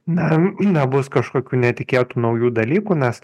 na nebus kažkokių netikėtų naujų dalykų nes